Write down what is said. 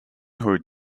hood